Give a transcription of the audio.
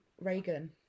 Reagan